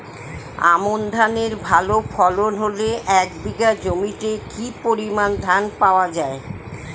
আমন ধানের ভালো ফলন হলে এক বিঘা জমিতে কি পরিমান ধান পাওয়া যায়?